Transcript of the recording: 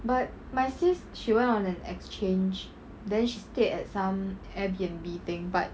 but my sis she went on an exchange then she stayed at some air b n b thing but